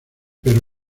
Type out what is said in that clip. pero